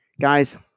guys